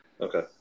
Okay